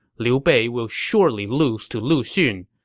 liu bei will surely lose to lu xun.